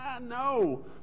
no